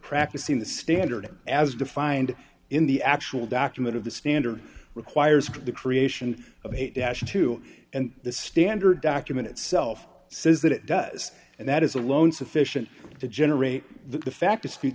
practice in the standard as defined in the actual document of the standard requires the creation of a dash two and the standard document itself says that it does and that is alone sufficient to generate the fact